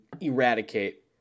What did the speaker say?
eradicate